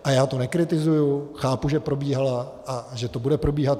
A já to nekritizuji, chápu, že probíhala a že to bude probíhat.